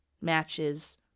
Matches